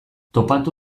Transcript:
topatu